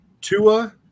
Tua